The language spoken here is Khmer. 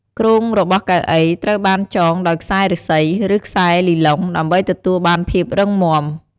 គ្រោងរបស់កៅអីត្រូវបានចងដោយខ្សែឫស្សី ឬ ខ្សែលីឡុង ដើម្បីទទួលបានភាពរឹងមាំ។